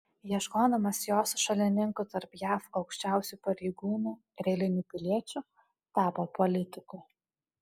ieškodamas jos šalininkų tarp jav aukščiausių pareigūnų ir eilinių piliečių tapo politiku